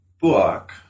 book